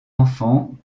enfants